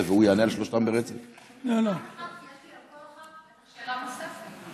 אולי תהיה לי שאלה נוספת.